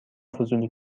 فضولی